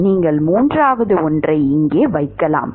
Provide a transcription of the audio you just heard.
நீங்கள் மூன்றாவது ஒன்றை இங்கே வைக்கலாம்